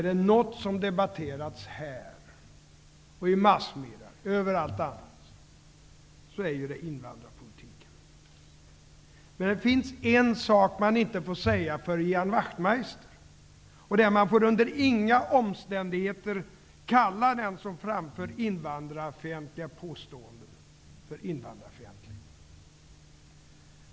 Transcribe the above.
Om det är något som har debatterats här och i massmedierna, ja överallt, så är det invandrarpolitiken. Men det finns en sak man inte får säga för Ian Wachtmeister. Man får under inga omständigheter kalla den som framför invandrarfientliga påståenden för invandrarfientlig.